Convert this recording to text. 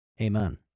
Amen